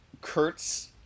Kurtz